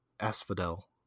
Asphodel